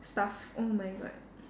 stuff oh my god